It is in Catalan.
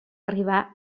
arribar